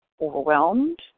overwhelmed